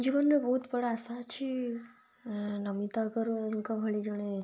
ଜୀବନରେ ବହୁତ ବଡ଼ ଆଶା ଅଛି ନମିତା ଅଗ୍ରୱାଲଙ୍କ ଭଳି ଜଣେ